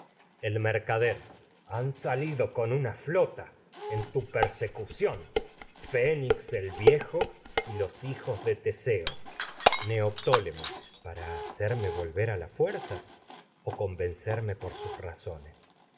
el mercader han salido con una flota en tu per secución fénix el viejo y los hijos de teseo neoptólemo para hacerme volver a la fuerza o convencerme por sus razones